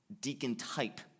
deacon-type